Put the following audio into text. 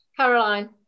Caroline